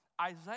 Isaiah